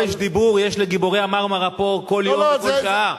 חופש דיבור יש לגיבורי ה"מרמרה" פה כל יום וכל שעה,